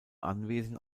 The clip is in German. anwesen